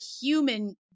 human